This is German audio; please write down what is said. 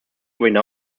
darüber